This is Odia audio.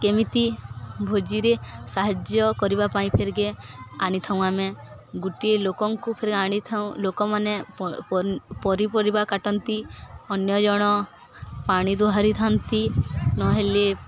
କେମିତି ଭୋଜିରେ ସାହାଯ୍ୟ କରିବା ପାଇଁ ଆଣିଥାଉ ଆମେ ଗୋଟିଏ ଲୋକଙ୍କୁ ଆଣିଥାଉ ଲୋକମାନେ ପନିପରିବା କାଟନ୍ତି ଅନ୍ୟଜଣେ ପାଣି ବୁହାଇଥାନ୍ତି ନହେଲେ